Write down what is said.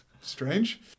Strange